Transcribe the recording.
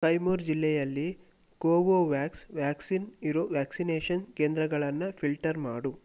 ಕೈಮೂರ್ ಜಿಲ್ಲೆಯಲ್ಲಿ Covovax vaccine ಇರೋ vaccination ಕೇಂದ್ರಗಳನ್ನು ಫಿಲ್ಟರ್ ಮಾಡು